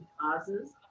causes